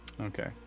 Okay